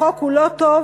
החוק הוא לא טוב,